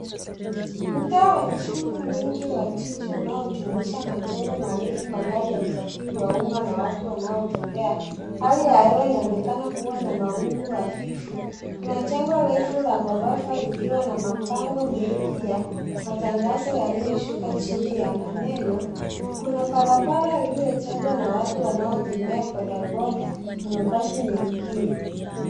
Mtaa wenye shughuli nyingi wa jiji unaojumuisha majengo marefu, magari ya usafiri wa umma, na watu wanaotembea. Hali ya hewa inaonekana kuwa na mawingu hafifu. Kuna jengo refu la ghorofa likiwa na mabango mengi ya matangazo yaliyoshuka chini ya maneno. Kuna barabara iliyojazwa na watu wanaotembea bodaboda, na mabasi mengine.